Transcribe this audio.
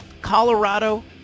Colorado